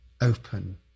open